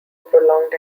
prolonged